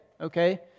okay